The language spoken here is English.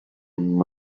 and